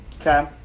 Okay